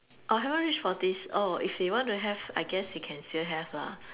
orh haven't reach forties oh if they want to have I guess they can still have lah